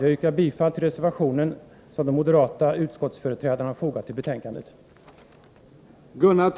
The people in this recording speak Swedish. Jag yrkar bifall till reservationen, som de moderata utskottsföreträdarna har fogat till betänkandet.